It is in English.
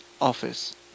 office